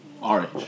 orange